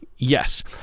yes